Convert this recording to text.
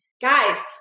Guys